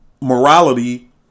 morality